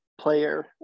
player